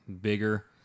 bigger